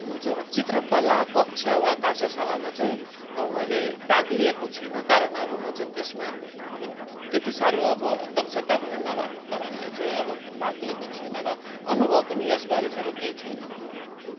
म चाहिँ अब चित्रकला कक्षा वा कार्यशालामा चाहिँ अब मैले भाग लिएको छुइनँ कारण अब म चाहिँ त्यसमा अब त्यति साह्रो अब दक्षता पनि नभएको कारणले चाहिँ अब भाग लिएको छुइनँ र अनुभव पनि यसबारे मेरो केही छैन